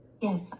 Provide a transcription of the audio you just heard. Yes